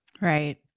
Right